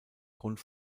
grund